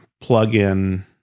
plug-in